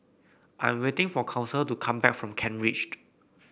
I am waiting for Council to come back from Kent Ridge